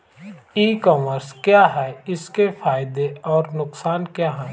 ई commerce क्या है इसके फायदे और नुकसान क्या है?